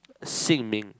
Xin-Ming